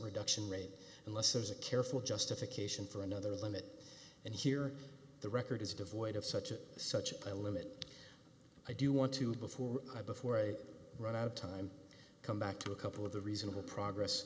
reduction rate unless there's a careful justification for another limit and here the record is devoid of such a such a limit i do want to before i before i run out of time come back to a couple of the reasonable progress